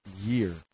year